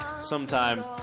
sometime